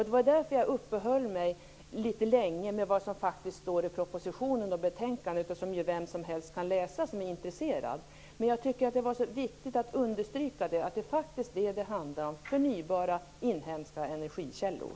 Det var därför jag uppehöll mig litet längre med vad som faktiskt står i propositionen och betänkandet, som ju vem som helst kan läsa som är intresserad. Men jag tycker att det var så viktigt att understryka att det faktiskt handlar om förnybara inhemska energikällor.